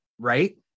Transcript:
right